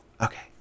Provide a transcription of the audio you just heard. Okay